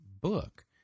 book